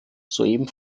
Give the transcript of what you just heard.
soeben